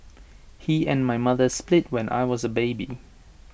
he and my mother split when I was A baby